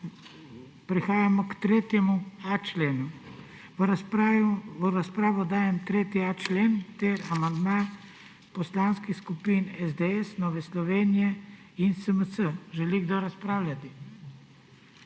Prehajamo k 3.a členu. V razpravo dajem 3.a člen ter amandma poslanskih skupin SDS, Nove Slovenije in SMC. Želi kdo razpravljati?